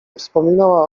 wspominała